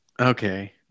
Okay